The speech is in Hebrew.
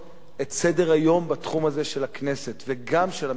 את סדר-היום בתחום הזה של הכנסת וגם של הממשלה.